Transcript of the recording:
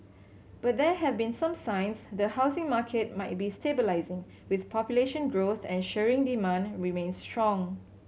but there have been some signs the housing market might be stabilising with population growth ensuring demand remains strong